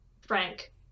frank